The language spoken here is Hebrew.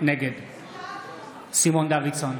נגד סימון דוידסון,